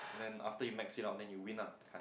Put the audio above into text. then after you max it out then you win ah that kind